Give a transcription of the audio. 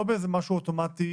לא באיזה משהו אוטומטי,